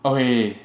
okay